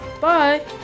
Bye